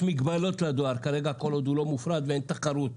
יש מגבלות לדואר כל עוד הוא לא מופרט ואין תחרות.